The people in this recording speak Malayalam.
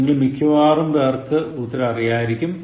നിങ്ങളിൽ മിക്കവാറും പേർക്ക് ഉത്തരം അറിയാമായിരിക്കും